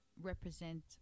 represent